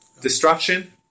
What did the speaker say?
Destruction